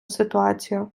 ситуація